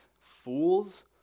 Fools